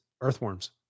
Earthworms